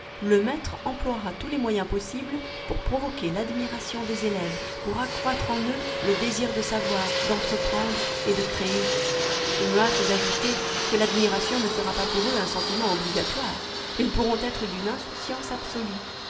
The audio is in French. le maître emploiera tous les moyens possibles pour provoquer l'admiration des élèves pour accroître en eux le désir de savoir d'entreprendre et de créer je me hâte d'ajouter que l'admiration ne sera pas pour eux un sentiment obligatoire ils pourront être d'une insouciance absolue